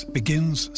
begins